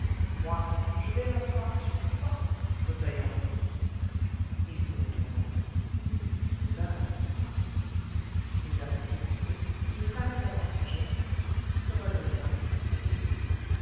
moi je vais m'asseoir sur toi fauteuil hanté et se retournant il se disposa à s'asseoir mais à moitié courbé il s'arrêta dans son geste se redressa et dit